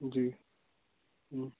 जी हम्म